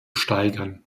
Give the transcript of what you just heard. steigern